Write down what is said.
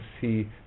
see